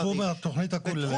בתחום התכנית הכוללת.